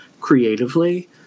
creatively